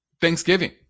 Thanksgiving